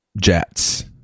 jets